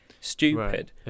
stupid